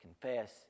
confess